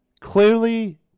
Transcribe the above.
clearly